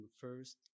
first